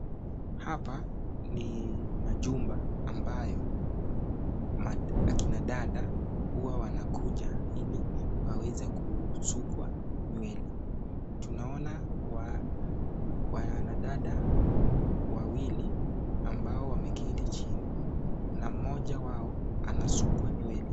Hapa ni majumba ambayo akina dada huwa wanakuja ili waweze kusukwa nywele. Tunaoana wanadada wawili ambao wameketi chini na moja wao anasukwa nywele.